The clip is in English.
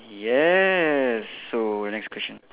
yes so next question